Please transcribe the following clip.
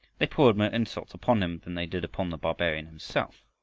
they poured more insults upon him than they did upon the barbarian himself.